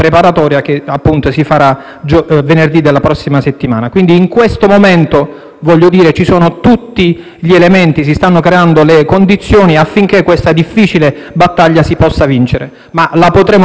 momento, dunque, ci sono tutti gli elementi e si stanno creando le condizioni affinché questa difficile battaglia si possa vincere, ma la potremo vincere solo se la combatteremo tutti insieme.